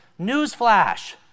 Newsflash